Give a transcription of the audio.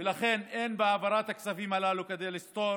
ולכן אין בהעברת הכספים הללו כדי לסתור